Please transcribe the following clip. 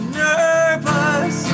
nervous